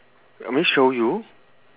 you want me show you